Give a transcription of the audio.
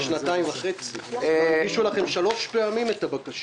שנתיים וחצי וכבר הגישו לכם שלוש פעמים את הבקשות.